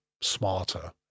smarter